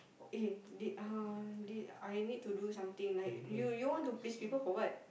eh they uh this I need to do something you want to please people for what